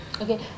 okay